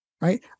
Right